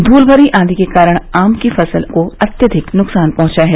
धूल भरी आंधी के कारण आम की फसल को अत्यधिक नुकसान पहुंचा है